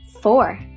Four